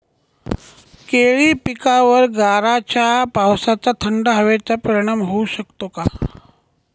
केळी पिकावर गाराच्या पावसाचा, थंड हवेचा परिणाम होऊ शकतो का?